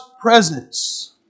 presence